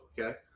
Okay